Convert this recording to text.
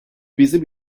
bizim